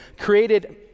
created